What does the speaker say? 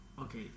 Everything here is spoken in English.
Okay